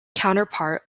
counterpart